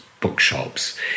bookshops